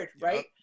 Right